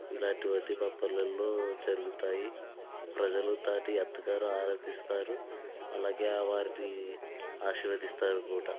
ఇలాంటివి అన్నీ మా పల్లెలో జరుగుతాయి ప్రజలు దాన్ని ఎంతగానో ఆనందిస్తారు అలాగే వారిని ఆశీర్వదిస్తారు కూడా